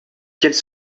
qu’elle